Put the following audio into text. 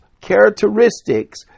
characteristics